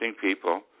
people